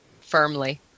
firmly